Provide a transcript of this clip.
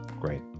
great